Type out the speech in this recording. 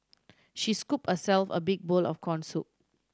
she scooped herself a big bowl of corn soup